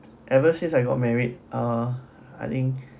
ever since I got married ah I think